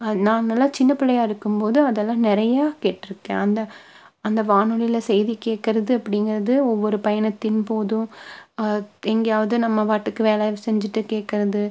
நான் நல்லா சின்ன பிள்ளையாக இருக்கும் போது அதெல்லாம் நிறைய கேட்டுருக்கேன் அந்த அந்த வானொலியில் செய்தி கேட்குறது அப்படிங்குறது ஒவ்வொரு பயணத்தின் போதும் எங்கேயாவது நம்ம பாட்டுக்கு வேலை செஞ்சுட்டு கேட்குறது